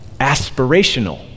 aspirational